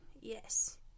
Yes